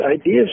ideas